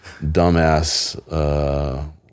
dumbass